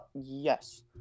yes